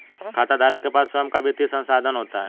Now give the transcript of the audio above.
खाताधारक के पास स्वंय का वित्तीय संसाधन होता है